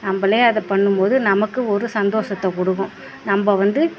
நம்மளே அதை பண்ணும்போது நமக்கு ஒரு சந்தோஷத்தை கொடுக்கும் நம்ம வந்து